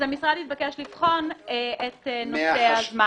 המשרד התבקש לבחון את פרמטר הזמן.